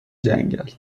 جنگل